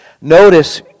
Notice